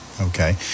Okay